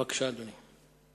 בבקשה, אדוני.